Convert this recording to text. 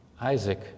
Isaac